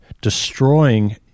destroying